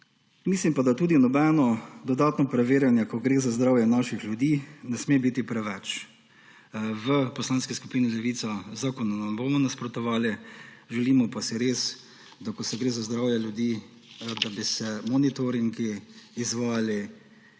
Mislim, da tudi nobeno dodatno preverjanje, ko gre za zdravje naših ljudi, ne sme biti preveč. V Poslanski skupini Levica zakonu ne bomo nasprotovali, želimo pa si, ko se gre za zdravje ljudi, da bi se monitoringi izvajali